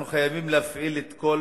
אנחנו חייבים להפעיל את כל